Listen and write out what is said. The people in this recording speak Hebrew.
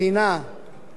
אני מאוד מקווה,